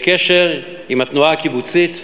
לקשר עם התנועה הקיבוצית.